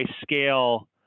scale